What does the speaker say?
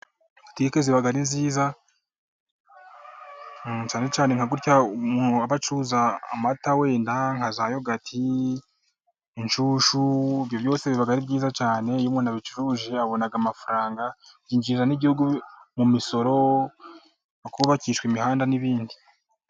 Botike ziba ari nziza cyane nk'umuntu yabacuruza amata wenda nkazayogati, inshushu, ibyo byose biba ari byiza cyane, iyo umuntu abicuruje abona amafaranga yinjiriza n'igihugu mu misoro, akubakishwa imihanda n'ibindi.